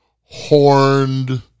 horned